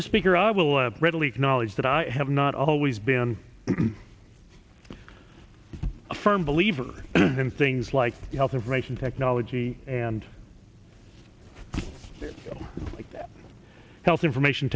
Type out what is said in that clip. is speaker i will readily acknowledge that i have not always been a firm believer in things like health information technology and i'm like health information